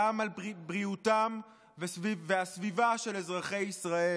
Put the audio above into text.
על בריאותם והסביבה של אזרחי ישראל.